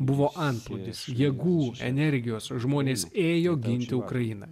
buvo antplūdis jėgų energijos žmonės ėjo ginti ukrainą